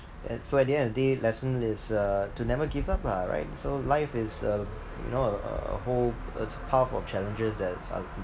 at so at the end of the day lesson is uh to never give up lah right so life is a you know a a a whole it's a path of challenges that are